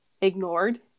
ignored